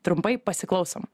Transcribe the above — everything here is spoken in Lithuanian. trumpai pasiklausom